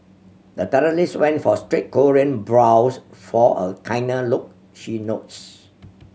the terrorist went for straight Korean brows for a kinder look she notes